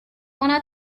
wanna